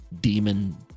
demon